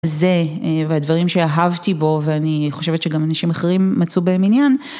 זה והדברים שאהבתי בו ואני חושבת שגם אנשים אחרים מצאו בהם עניין.